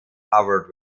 covered